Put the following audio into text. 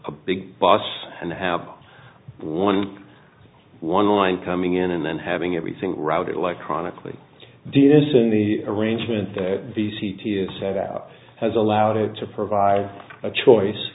a big boss and have one one line coming in and then having everything routed electronically did isn't the arrangement the c t s set up has allowed it to provide a choice